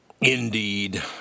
Indeed